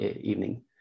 evening